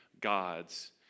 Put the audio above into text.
gods